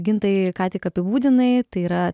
gintai ką tik apibūdinai tai yra